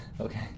Okay